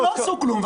--- הם לא עשו כלום,